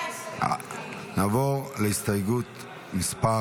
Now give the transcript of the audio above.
14. נעבור להסתייגות מס'